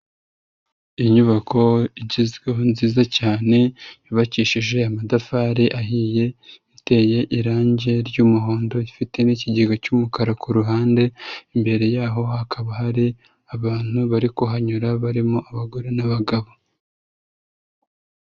Inyubako igezweho nziza cyane yubakishije amatafari ahiye, iteye irangi ry'umuhondo, ifite n'ikigega cy'umukara ku ruhande, imbere yaho hakaba hari abantu bari kuhanyura barimo abagore n'abagabo.